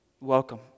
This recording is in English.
welcome